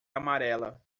amarela